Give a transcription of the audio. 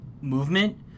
movement